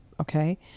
Okay